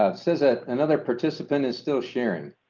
ah says that another participant is still sharing